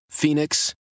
Phoenix